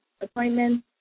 appointments